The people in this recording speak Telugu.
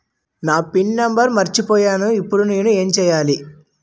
నా పిన్ నంబర్ మర్చిపోయాను ఇప్పుడు నేను ఎంచేయాలి?